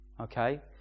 Okay